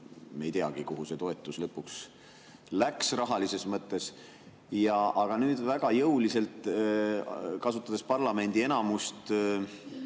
me ei teagi, kuhu see toetus lõpuks läks, rahalises mõttes. Aga nüüd väga jõuliselt, kasutades parlamendi enamust,